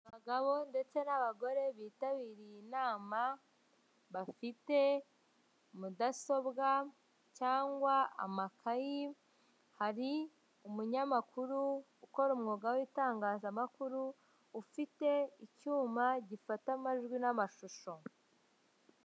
Abagabo ndetse n'abagore bitabiriye inama bafite mudasobwa cyangwa amakayi, hari umunyamakuru ukora umwuga w'itangazamakuru ufite icyuma gifata amajwi n'amashusho.